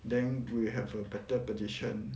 then we have a better position